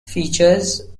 features